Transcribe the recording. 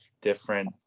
different